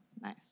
nice